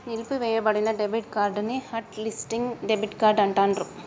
నిలిపివేయబడిన debit card ని hot listing debit card అంటాండ్రు